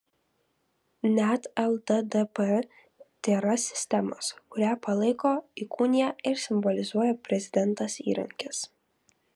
net lddp tėra sistemos kurią palaiko įkūnija ir simbolizuoja prezidentas įrankis